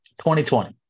2020